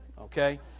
okay